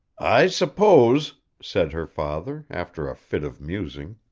i suppose said her father, after a fit of musing,